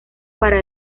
para